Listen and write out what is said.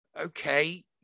okay